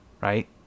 right